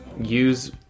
use